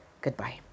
Goodbye